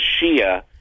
Shia